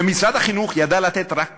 ומשרד החינוך ידע לתת רק כסף,